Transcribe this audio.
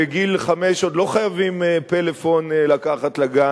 בגיל חמש עוד לא חייבים לקחת פלאפון לגן,